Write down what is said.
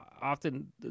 often